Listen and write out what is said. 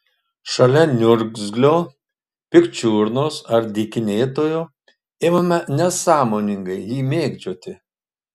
šalia niurgzlio pikčiurnos ar dykinėtojo imame nesąmoningai jį mėgdžioti